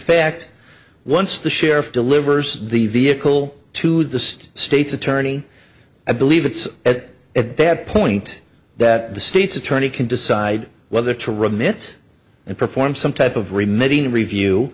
fact once the sheriff delivers the vehicle to the state's attorney i believe it's at a bad point that the state's attorney can decide whether to remit and perform some type of remitting review